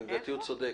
לדעתי גם אותו.